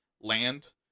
land